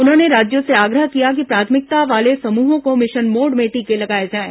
उन्होंने राज्यों से आग्रह किया कि प्राथमिकता वाले समूहों को मिशन मोड में टीके लगाए जाएं